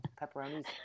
pepperonis